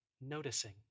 noticing